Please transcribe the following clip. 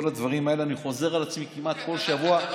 ואני לא יודע לאן הוא ייקח את זה הלאה.